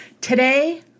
Today